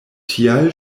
tial